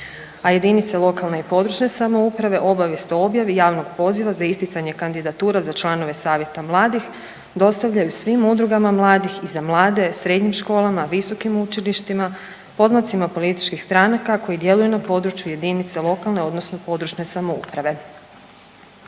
jedinice lokalne i područne samouprave obavijest o objavi javnog poziva za isticanje kandidatura za članove savjeta mladih dostavljaju svim udrugama mladih i za mlade, srednjim školama, visokim učilištima, podmlacima političkih stranaka koje djeluju na području jedinice lokalne odnosno područne samouprave.